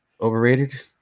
overrated